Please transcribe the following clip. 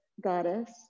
goddess